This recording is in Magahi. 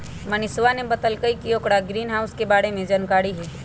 मनीषवा ने बतल कई कि ओकरा ग्रीनहाउस के बारे में जानकारी हई